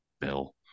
bill